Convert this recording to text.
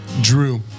Drew